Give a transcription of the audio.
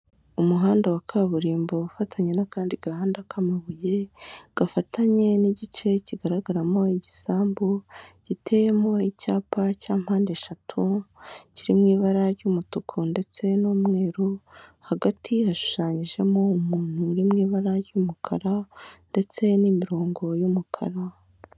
Umuhanda wa kaburimbo ufatanye n'akandi gahanda k'amabuye gafatanye n'igice kigaragaramo igisambu giteyemo icyapa cya mpandeshatu, kiri mu ibara ry'umutuku ndetse n'umweru, hagati hashushanyijemo umuntu uri mu ibara ry'umukara ndetse n'imirongo y'umukara.